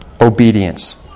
obedience